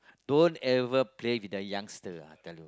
don't ever play with the youngster ah I tell you